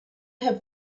have